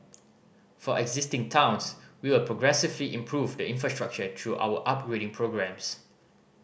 for existing towns we will progressively improve the infrastructure through our upgrading programmes